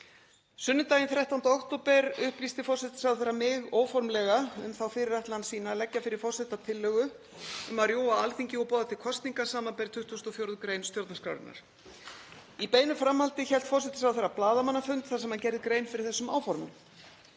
Sunnudaginn 13. október upplýsti forsætisráðherra mig óformlega um þá fyrirætlan sína að leggja fyrir forseta tillögu um að rjúfa Alþingi og boða til kosninga, sbr. 24. gr. stjórnarskrárinnar. Í beinu framhaldi hélt forsætisráðherra blaðamannafund þar sem hann gerði grein fyrir þessum áformum.